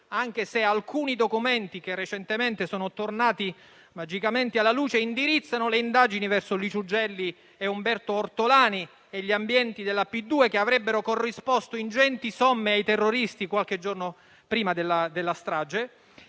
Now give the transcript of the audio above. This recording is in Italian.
anche se alcuni documenti, che recentemente sono tornati magicamente alla luce, indirizzano le indagini verso Licio Gelli e Umberto Ortolani e gli ambienti della P2 che avrebbero corrisposto ingenti somme ai terroristi qualche giorno prima della strage.